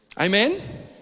amen